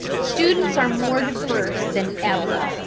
students are more diverse than ever.